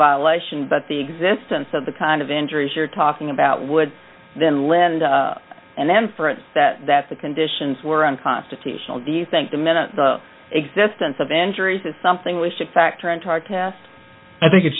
violation but the existence of the kind of injuries you're talking about would then lend and then for us that that the conditions were unconstitutional do you think the minute the existence of injuries is something we should factor into our test i think it